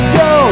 go